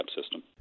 system